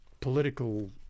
political